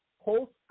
host